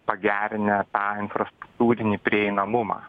pagerinę tą infrastruktūkinį prieinamumą